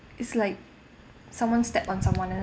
it's like someone stepped on someone and then